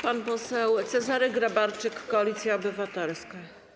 Pan poseł Cezary Grabarczyk, Koalicja Obywatelska.